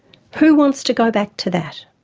who wants to go back to that?